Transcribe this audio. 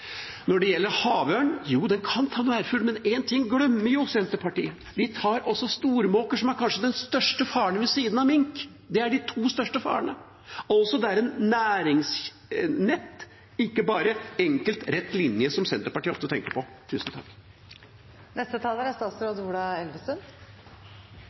Når det gjelder havørn: Jo, den kan ta ærfugl, men én ting glemmer Senterpartiet: Den tar også stormåker, som kanskje er den største faren ved siden av mink. Det er de to største farene. Det er altså et næringsnett, ikke bare en enkel, rett linje – som Senterpartiet ofte tenker på.